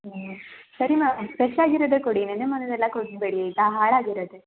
ಹ್ಞೂ ಸರಿ ma'am fresh ಆಗಿರೋದೇ ಕೊಡಿ ನಿನ್ನೆ ಮೊನ್ನೆದು ಎಲ್ಲ ಕೊಡಬೇಡಿ ಆಯಿತಾ ಹಾಳಾಗಿರತ್ತೆ